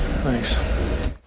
Thanks